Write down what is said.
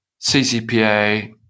CCPA